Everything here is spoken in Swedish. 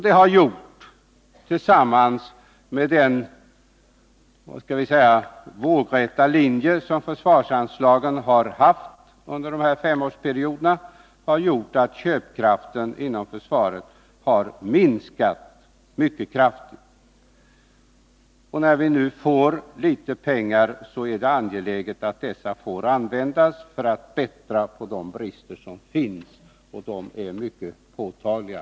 Detta tillsammans med den ”vågräta linje” som försvarsanslagen har haft under de här femårsperioderna har gjort att köpkraften inom försvaret har minskat väsentligt. När försvaret nu får litet pengar, är det angeläget att dessa får användas för att avhjälpa de brister som finns, och de är mycket påtagliga.